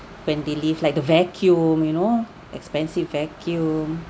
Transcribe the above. when they leave like the vacuum you know expensive vacuum